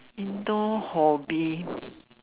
indoor hobby